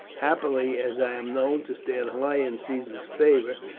happily, as i am known to stand high in caesar's favour,